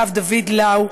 הרב דוד לאו,